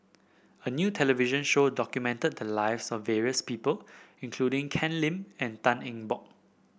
a new television show documented the lives of various people including Ken Lim and Tan Eng Bock